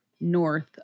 north